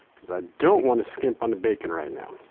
because i don't want to skimp on the bacon right now.